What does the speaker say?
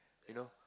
you know